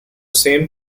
same